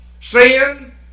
Sin